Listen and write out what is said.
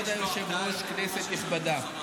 כבוד היושב-ראש, כנסת נכבדה,